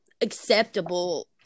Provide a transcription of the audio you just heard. acceptable